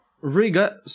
Riga